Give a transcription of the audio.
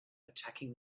attacking